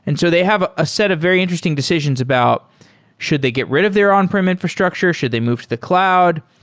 and so they have a set of very interesting decisions about should they get rid of their on-prem infrastructure? should they move to the cloud?